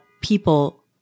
people